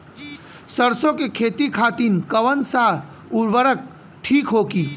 सरसो के खेती खातीन कवन सा उर्वरक थिक होखी?